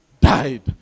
died